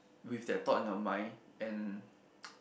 with that thought in your mind and